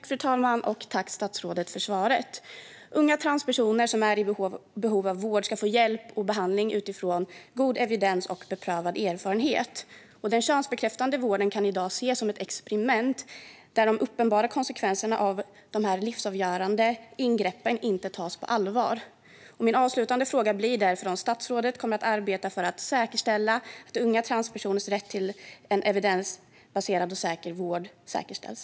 Fru talman! Tack, statsrådet, för svaret! Unga transpersoner som är i behov av vård ska få hjälp och behandling utifrån god evidens och beprövad erfarenhet. Den könsbekräftande vården kan i dag ses som ett experiment där de uppenbara konsekvenserna av de här livsavgörande ingreppen inte tas på allvar. Min avslutande fråga blir därför om statsrådet kommer att arbeta för att säkerställa att unga transpersoners rätt till evidensbaserad och säker vård säkerställs.